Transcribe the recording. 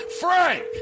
Frank